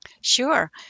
Sure